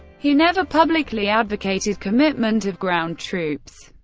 he never publicly advocated commitment of ground troops.